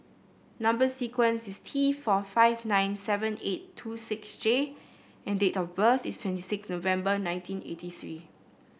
number sequence is T four five nine seven eight two six J and date of birth is twenty six November nineteen eighty three